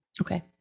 Okay